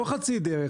לא חצי דרך.